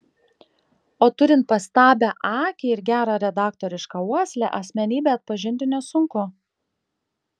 o turint pastabią akį ir gerą redaktorišką uoslę asmenybę atpažinti nesunku